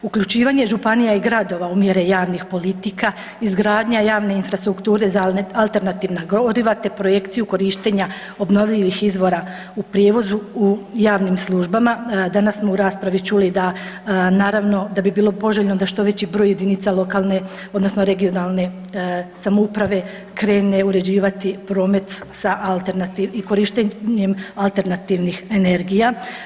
Uključivanje županija i gradova u mjere javnih politika, izgradnja javne infrastrukture za alternativna goriva te projekciju korištenja obnovljivih izvora u prijevozu u javnim službama, danas smo u raspravi čuli da naravno da bi bilo poželjno da što veći broj jedinica lokalne odnosno regionalne samouprave krene uređivati promet sa alternativnim i korištenjem alternativnih energija.